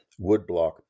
woodblock